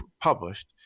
published